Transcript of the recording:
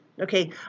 Okay